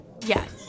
Yes